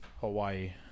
Hawaii